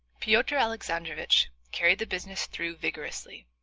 pyotr alexandrovitch carried the business through vigorously,